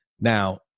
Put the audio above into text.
Now